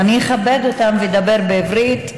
אז אני אכבד אותם ואדבר בעברית.